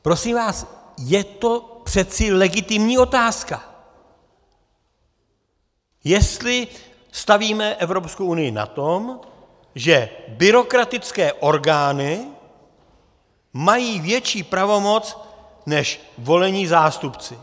Prosím vás, je to přece legitimní otázka, jestli stavíme Evropskou unii na tom, že byrokratické orgány mají větší pravomoc než volení zástupci!